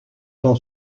ton